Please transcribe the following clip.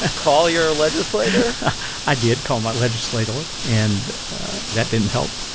ah call your legislator i did call my legislator, and that didn't help.